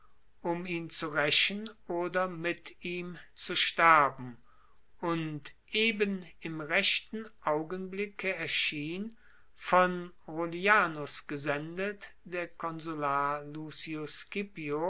um ihn zu raechen oder mit ihm zu sterben und eben im rechten augenblicke erschien von rullianus gesendet der konsular lucius